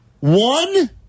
One